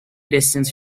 distance